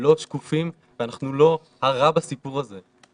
לא שקופים ואנחנו לא הרע בסיפור הזה,